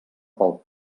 pel